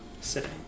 sitting